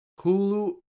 Hulu